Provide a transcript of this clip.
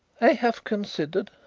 i have considered,